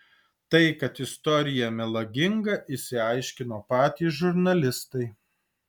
tai kad istorija melaginga išsiaiškino patys žurnalistai